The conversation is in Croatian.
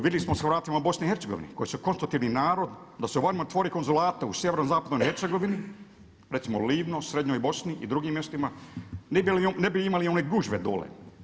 Vidjeli smo sa Hrvatima u Bosni i Hercegovini koji su konstitutivni narod da se … otvori konzulate u sjevernozapadnoj Hercegovini recimo Livno, srednjoj Bosni i drugim mjestima ne bi imali one gužve dolje.